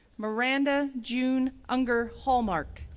miranda june unger hallmark,